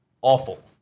awful